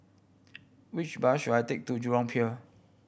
which bus should I take to Jurong Pier